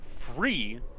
free